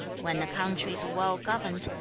when a country is well-governed,